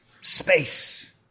space